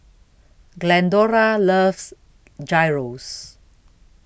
Glendora loves Gyros